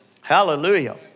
Hallelujah